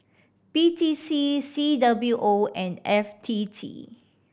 P T C C W O and F T T